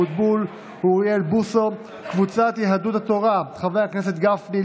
קרן ברק, שלמה קרעי,